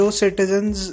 citizens